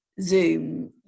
zoom